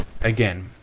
Again